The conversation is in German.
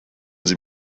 sie